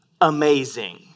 amazing